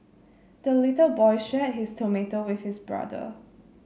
the little boy shared his tomato with his brother